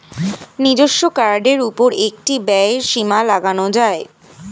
নিজস্ব কার্ডের উপর একটি ব্যয়ের সীমা লাগানো যায়